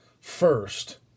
first